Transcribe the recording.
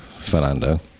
Fernando